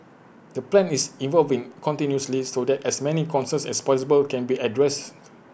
the plan is evolving continuously so that as many concerns as possible can be addressed